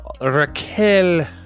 Raquel